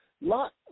Lot